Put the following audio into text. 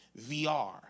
VR